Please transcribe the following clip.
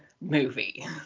movie